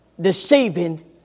deceiving